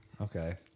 Okay